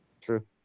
True